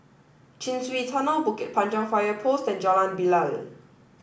Chin Swee Tunnel Bukit Panjang Fire Post and Jalan Bilal